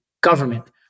government